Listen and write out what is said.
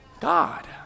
God